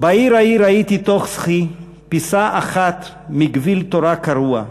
"בעיר ההיא ראיתי תוך סחי / פיסה אחת מגוויל תורה קרוע.